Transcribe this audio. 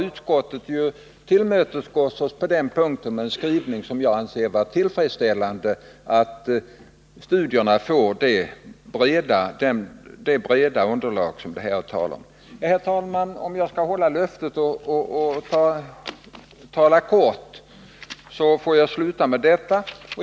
Utskottet har tillmötesgått oss på den punkten med en skrivning som jag anser vara tillfredsställande och som innebär att studierna får det breda underlag som jag här har talat om. Herr talman! Om jag skall hålla löftet att tala kort får jag sluta med detta.